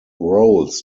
roles